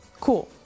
cool